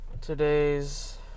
Today's